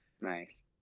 Nice